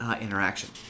interaction